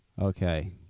Okay